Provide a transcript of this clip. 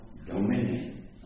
Dominion